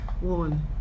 one